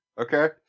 Okay